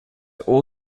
all